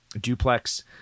duplex